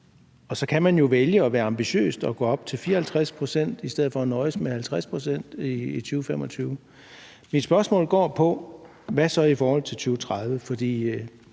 Og så kan man jo vælge at være ambitiøs og gå op til 54 pct. i stedet for at nøjes med 50 pct. i 2025. Mit spørgsmål går på: Hvad så i forhold til 2030?